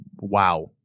wow